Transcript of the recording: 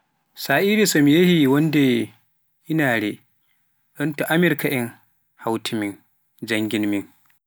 Sa'ire so mi yehi wonde inaare, nɗon to Amirk en hawti min janngin min.